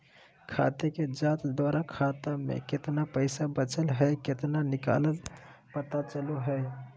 खाते के जांच द्वारा खाता में केतना पैसा बचल हइ केतना निकलय पता चलो हइ